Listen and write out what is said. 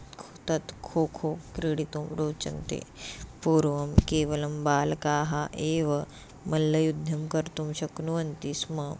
खो तत् खोखो क्रीडितुं रोचन्ते पूर्वं केवलं बालकाः एव मल्लयुद्धं कर्तुं शक्नुवन्ति स्म